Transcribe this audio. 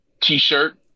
t-shirt